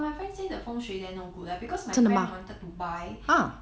but my friend say the 风水 no good leh because my friend wanted to buy